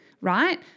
right